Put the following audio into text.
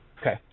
Okay